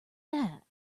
that